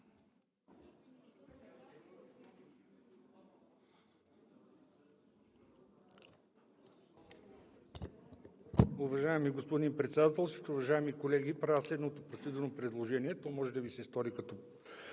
Уважаеми господин Председателстващ, уважаеми колеги! Правя следното процедурно предложение, то може да Ви се стори като